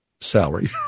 salary